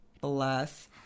Bless